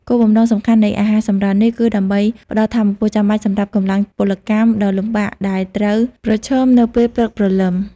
គោលបំណងសំខាន់នៃអាហារសម្រន់នេះ គឺដើម្បីផ្ដល់ថាមពលចាំបាច់សម្រាប់កម្លាំងពលកម្មដ៏លំបាកដែលត្រូវប្រឈមនៅពេលព្រឹកព្រលឹម។